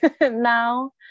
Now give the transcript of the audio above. now